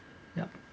yup